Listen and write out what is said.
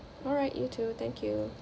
alright you too thank you